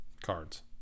cards